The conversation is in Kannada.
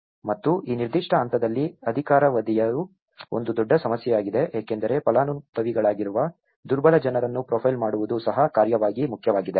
ಮತ್ತು ಈ ನಿರ್ದಿಷ್ಟ ಹಂತದಲ್ಲಿ ಅಧಿಕಾರಾವಧಿಯು ಒಂದು ದೊಡ್ಡ ಸಮಸ್ಯೆಯಾಗಿದೆ ಏಕೆಂದರೆ ಫಲಾನುಭವಿಗಳಾಗಿರುವ ದುರ್ಬಲ ಜನರನ್ನು ಪ್ರೊಫೈಲ್ ಮಾಡುವುದು ಸಹ ಕಾರ್ಯವಾಗಿ ಮುಖ್ಯವಾಗಿದೆ